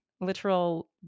literal